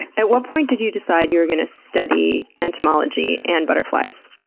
at what point did you decide you were gonna study entomology and butterflies?